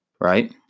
right